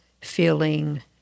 feeling